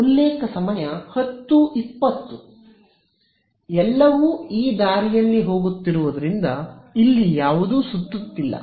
ಉಲ್ಲೇಖ ಸಮಯ 1020ಎಲ್ಲವೂ ಈ ದಾರಿಯಲ್ಲಿ ಹೋಗುತ್ತಿರುವುದರಿಂದ ಇಲ್ಲಿ ಯಾವುದೂ ಸುತ್ತುತ್ತಿಲ್ಲ